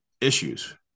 issues